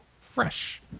Fresh